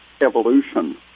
evolution